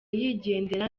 yigendera